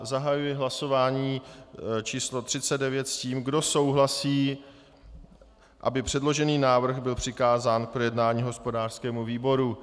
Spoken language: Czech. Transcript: Zahajuji hlasování číslo 39 s tím, kdo souhlasí, aby předložený návrh byl přikázán k projednání hospodářskému výboru.